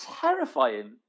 terrifying